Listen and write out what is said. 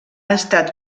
estat